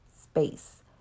space